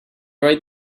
right